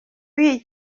w’iyi